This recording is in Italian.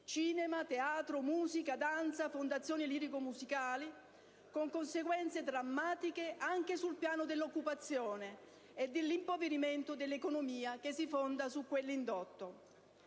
cinema, il teatro, la musica, la danza, le fondazioni lirico-musicali, con conseguenze drammatiche anche sul piano dell'occupazione e dell'impoverimento dell'economia che si fonda sull'indotto.